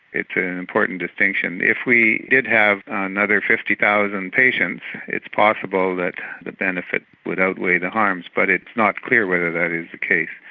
it's important distinction. if we did have another fifty thousand patients it's possible that the benefit would outweigh the harms but it's not clear whether that is the case.